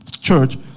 church